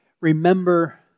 remember